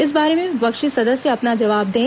इस बारे में विपक्षी सदस्य अपना जवाब दें